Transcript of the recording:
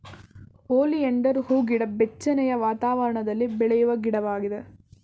oleander ಹೂಗಿಡ ಬೆಚ್ಚನೆಯ ವಾತಾವರಣದಲ್ಲಿ ಬೆಳೆಯುವ ಗಿಡವಾಗಿದೆ